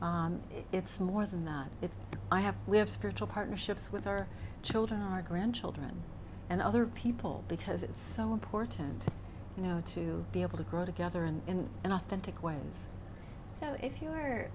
it's more than that if i have we have spiritual partnerships with our children our grandchildren and other people because it's so important you know to be able to grow together and in an authentic way so if you're